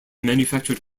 manufactured